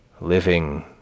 living